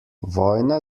vojna